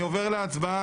אולי יש פה נושא חדש.